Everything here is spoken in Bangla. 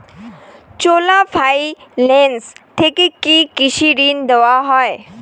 চোলা ফাইন্যান্স থেকে কি কৃষি ঋণ দেওয়া হয়?